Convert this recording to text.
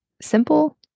simple